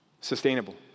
sustainable